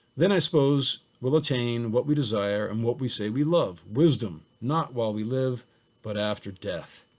then i suppose we'll attain what we desire and what we say we love, wisdom, not while we live but after death.